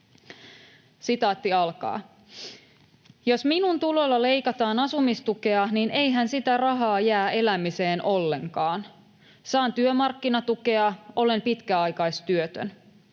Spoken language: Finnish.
runsaasti.” ”Jos minun tuloilla leikataan asumistukea, niin eihän sitä rahaa jää elämiseen ollenkaan. Saan työmarkkinatukea, olen pitkäaikaistyötön.